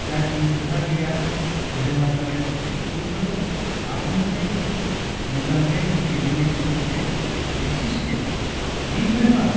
जाथिनि खोथा गैया धोरोमा जाबाय सासे सुबुंखौ आबुंहै मोजांहै दैदेननायसो मोनसे बि सिस्टेम जि धोरोमा